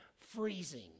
freezing